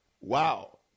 Wow